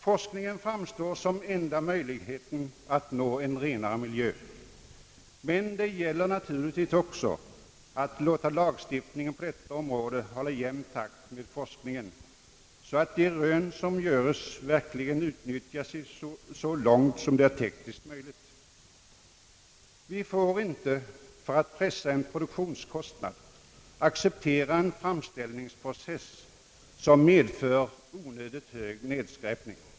Forskningen framstår såsom enda möjligheten att nå en renare miljö. Men det gäller naturligtvis även att låta lagstiftningen på detta område hålla jämn takt med forskningen, så att de rön som görs verkligen utnyttjas så långt som det är tekniskt möjligt. Vi får inte för att pressa en produktionskostnad acceptera en framställningsprocess, som medför onödigt hög nedskräpning.